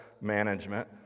management